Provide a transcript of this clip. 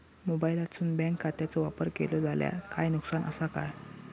मोबाईलातसून बँक खात्याचो वापर केलो जाल्या काय नुकसान असा काय?